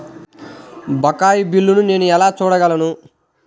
బకాయి బిల్లును నేను ఎలా చూడగలను?